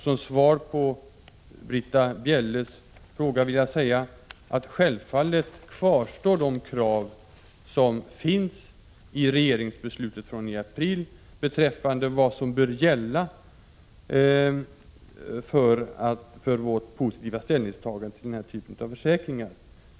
Som svar på Britta Bjelles fråga vill jag säga: Självfallet kvarstår de krav som finns i regeringsbeslutet från april beträffande vad som bör gälla för vårt positiva ställningstagande till den här typen av försäkringar.